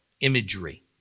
imagery